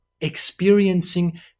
experiencing